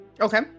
Okay